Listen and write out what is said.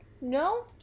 No